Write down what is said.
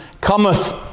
cometh